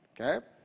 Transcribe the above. Okay